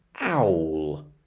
Owl